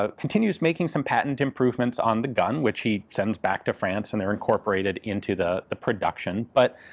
ah continues making some patent improvements on the gun, which he sends back to france and they're incorporated into the the production. but